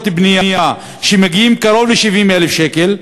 בנייה שמגיעים קרוב ל-70,000 שקל,